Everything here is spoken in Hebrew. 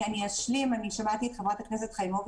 אני שמעתי את ההערה של חברת הכנסת חיימוביץ',